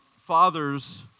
Fathers